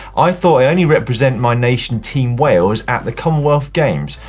i thought i only represent my nation team whales at the commonwealth games?